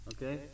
Okay